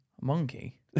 Monkey